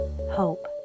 hope